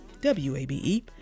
WABE